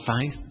faith